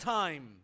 time